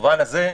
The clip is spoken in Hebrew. במובן הזה,